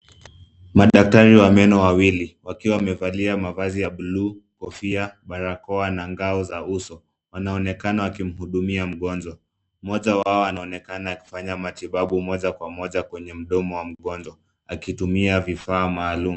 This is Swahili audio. Madaktari wa meno wawili, wakiwa wamevalia mavazi ya buluu, kofia, barakoa na ngao za uso. Wanaonekana akimhudumia mgonjwa, mmoja wao anaonekana akifanya matibabu moja kwa moja kwenye mdomo wa mgonjwa, aki tumia vifaa maalum.